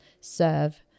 serve